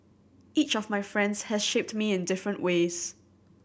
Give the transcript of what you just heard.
each of my friends has shaped me in different ways